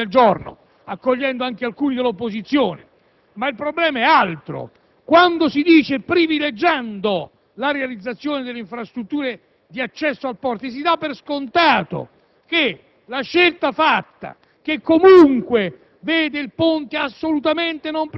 abbiamo privilegiato il confronto in Commissione sugli ordini del giorno accogliendone anche alcuni dell'opposizione, ma il problema è un altro. Quando nell'emendamento si parla di privilegiare la realizzazione delle infrastrutture di accesso al ponte, si dà per scontato che la scelta fatta,